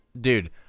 dude